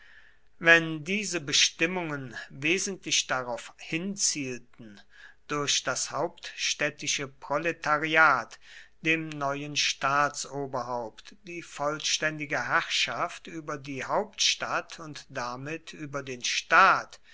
wenn diese bestimmungen wesentlich darauf hinzielten durch das hauptstädtische proletariat dem neuen staatsoberhaupt die vollständige herrschaft über die hauptstadt und damit über den staat